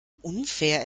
unfair